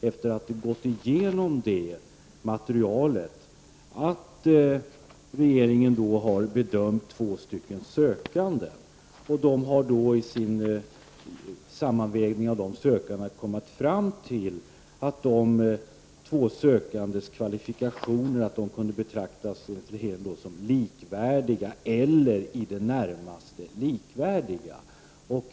Efter att ha gått igenom det materialet kommer vi då fram till att regeringen har bedömt två sökande och i sin sammanvägning av de sökan dena kommit fram till att deras kvalifikationer kan betraktas som likvärdiga eller i det närmaste likvärdiga.